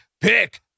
Pick